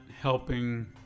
helping